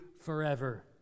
forever